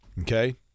Okay